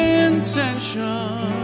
intention